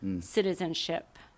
citizenship